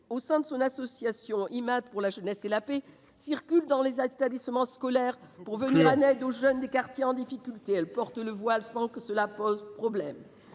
au sein de son association IMAD pour la jeunesse et la paix, circule dans les établissements scolaires pour venir en aide aux jeunes des quartiers en difficulté. Il faut conclure. Elle porte le voile sans que cela pose problème.